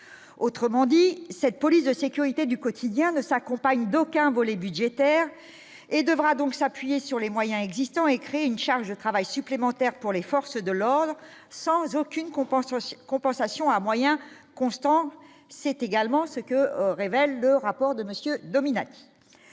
autrement dit, cette police de sécurité du quotidien ne s'accompagne d'aucun volet budgétaire et devra donc s'appuyer sur les moyens existants et créer une charge de travail supplémentaire pour les forces de l'ordre sans aucune compensation compensation à moyens constants, c'est également ce que révèle le rapport de monsieur Dominati,